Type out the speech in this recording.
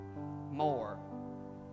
more